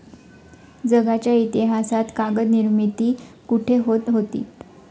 जगाच्या इतिहासात कागद निर्मिती कुठे होत होती?